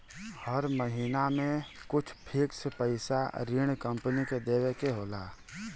हर महिना में कुछ फिक्स पइसा ऋण कम्पनी के देवे के होला